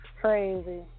crazy